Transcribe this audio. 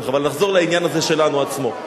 אבל נחזור לעניין הזה שלנו עצמו.